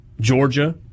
Georgia